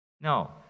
No